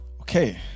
Okay